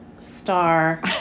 star